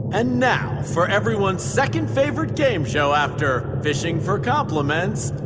and now for everyone's second favorite game show after fishing for compliments,